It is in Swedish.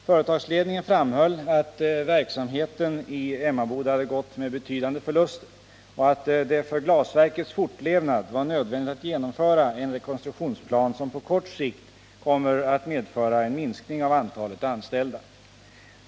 Företagsledningen framhöll att verksamheten i Emmaboda hade gått med betydande förluster och att det för glasverkets fortlevnad var nödvändigt att genomföra en rekonstruktionsplan som på kort sikt kommer att medföra en minskning av antalet anställda.